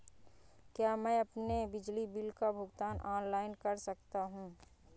क्या मैं अपने बिजली बिल का भुगतान ऑनलाइन कर सकता हूँ?